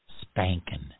spanking